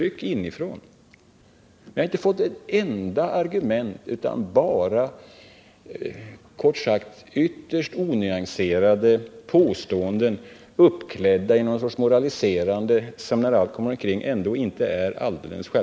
Jag har inte fått ett enda argument utan bara kort sagt ytterst onyanserade påståenden, uppklädda i något slags moralisk utstyrsel.